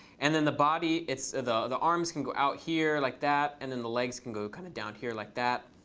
and then the body, the the arms can go out here like that, and then the legs can go kind of down here like that.